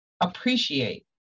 appreciate